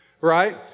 right